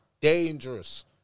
dangerous